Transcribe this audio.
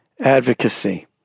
Advocacy